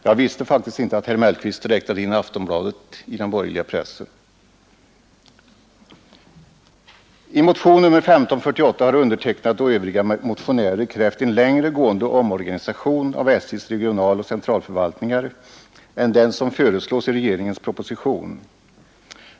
Jag visste faktiskt inte att herr Mellqvist räknade Aftonbladet till den borgerliga pressen. I motionen 1548 har undertecknad och mina medmotionärer krävt en längre gående omorganisation av SJs regional och centralförvaltningar än den som föreslås i regeringens proposition.